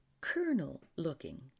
colonel-looking